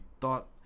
thought